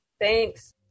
Thanks